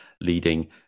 leading